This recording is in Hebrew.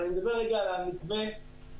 אבל אני אדבר כרגע על המתווה שעליו